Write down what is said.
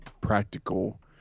practical